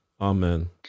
Amen